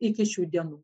iki šių dienų